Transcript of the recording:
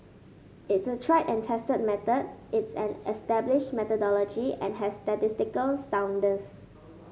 it's a tried and tested method it's an established methodology and has statistical soundness